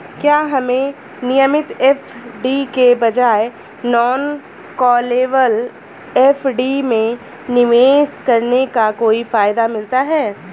क्या हमें नियमित एफ.डी के बजाय नॉन कॉलेबल एफ.डी में निवेश करने का कोई फायदा मिलता है?